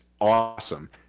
awesome